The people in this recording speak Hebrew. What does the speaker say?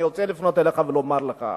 אני רוצה לפנות אליך ולומר לך: